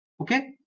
Okay